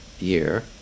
year